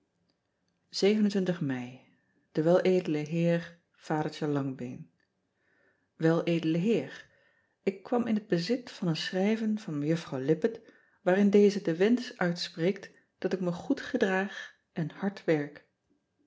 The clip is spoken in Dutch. en el d eer adertje angbeen el d eer k kwam in het bezit van een schrijven van ejuffrouw ippett waarin deze den wensch uitspreekt dat ik me goed gedraag en hard werk